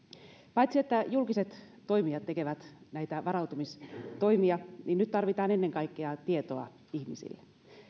paitsi että julkiset toimijat tekevät näitä varautumistoimia nyt tarvitaan ennen kaikkea tietoa ihmisille